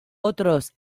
otros